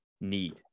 need